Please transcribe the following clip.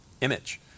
image